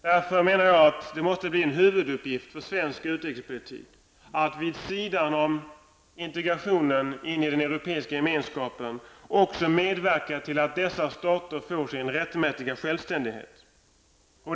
Det måste bli en huvuduppgift för svensk utrikespolitik att vid sidan om integrationen in i den Europeiska gemenskapen också medverka till att dessa stater får sin rättmätiga självständighet.